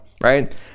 Right